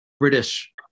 British